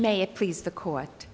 may it please the court